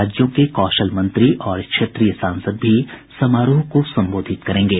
राज्यों के कौशल मंत्री और क्षेत्रीय सांसद भी समारोह को संबोधित करेंगे